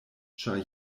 ĉar